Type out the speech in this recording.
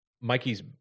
Mikey's